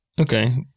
Okay